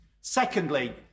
secondly